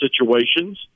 situations